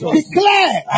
declare